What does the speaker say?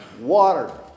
water